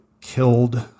killed